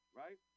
right